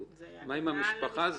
וכו' גם אצלם צריכים לחזק את המודעות,